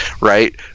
right